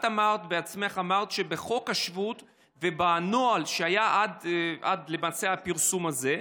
את בעצמך אמרת שבחוק השבות ובנוהל שהיה עד לפרסום הזה,